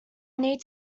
need